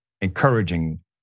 encouraging